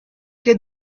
quai